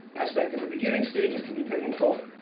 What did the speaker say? aspect of the beginning stages can be painting for